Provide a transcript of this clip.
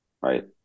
right